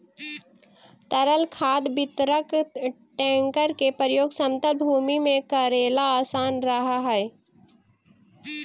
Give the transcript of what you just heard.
तरल खाद वितरक टेंकर के प्रयोग समतल भूमि में कऽरेला असान रहऽ हई